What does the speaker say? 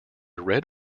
red